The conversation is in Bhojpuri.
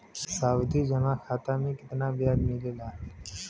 सावधि जमा खाता मे कितना ब्याज मिले ला?